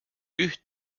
üht